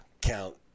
count